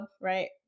right